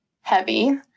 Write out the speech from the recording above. heavy